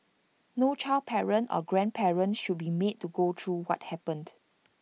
no child parent or grandparent should be made to go through what happened